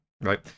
right